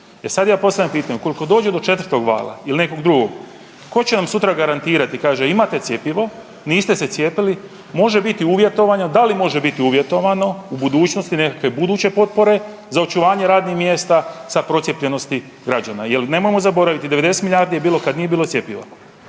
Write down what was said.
sad ja postavljam pitanje, ukoliko dođe do 4 vala ili nekog drugog tko će nam sutra garantirati kaže imate cjepivo, niste se cijepili, može biti uvjetovanja, da li može biti uvjetovano u budućnosti nekakve buduće potpore za očuvanje radnih mjesta sa procijepljenosti građana. Jel nemojmo zaboraviti 90 milijardi je bilo kad nije bilo cjepiva,